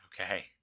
Okay